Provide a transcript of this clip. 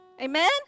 amen